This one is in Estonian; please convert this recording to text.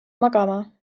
magama